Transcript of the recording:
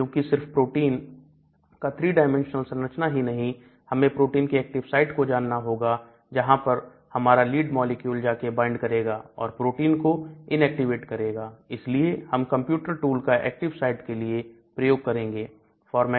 क्योंकि सिर्फ प्रोटीन का 3 Dimensional संरचना ही नहीं हमें प्रोटीन की एक्टिव साइट को जानना होगा जहां पर हमारा लीड मॉलिक्यूल जाके बाइंड करेगा और प्रोटीन को इन एक्टिवेट करेगा इसलिए हम कंप्यूटर टूल का एक्टिव साइट के लिए प्रयोग करेंगे